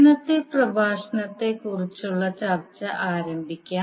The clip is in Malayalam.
ഇന്നത്തെ പ്രഭാഷണത്തെക്കുറിച്ചുള്ള ചർച്ച ആരംഭിക്കാം